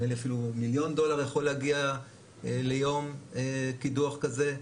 נדמה לי אפילו למיליון דולר יכול להגיע ליום קידוח כזה.